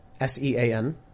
S-E-A-N